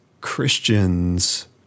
Christians